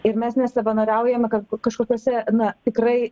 ir mes nesavanoriaujame kad kažkokiose na tikrai